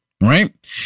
right